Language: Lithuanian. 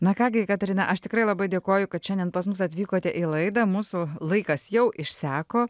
na ką gi jekaterina aš tikrai labai dėkoju kad šiandien pas mus atvykote į laidą mūsų laikas jau išseko